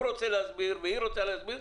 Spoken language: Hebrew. הוא רוצה להסביר והיא רוצה להסביר,